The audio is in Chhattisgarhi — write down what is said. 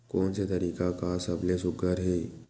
कोन से तरीका का सबले सुघ्घर हे?